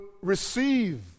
receive